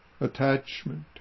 attachment